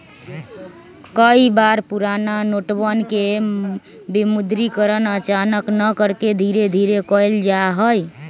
कई बार पुराना नोटवन के विमुद्रीकरण अचानक न करके धीरे धीरे कइल जाहई